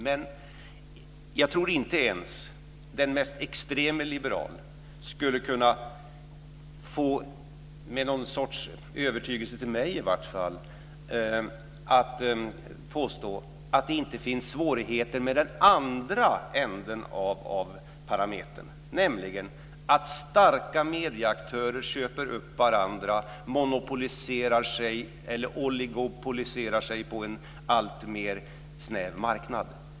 Men jag tror inte ens att den mest extreme liberal, med något slags övertygelse inför i varje fall mig, skulle kunna påstå att det inte finns svårigheter med den andra änden av parametern, nämligen att starka medieaktörer köper upp varandra och monopoliserar eller oligopoliserar sig på en allt snävare marknad.